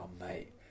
mate